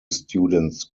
students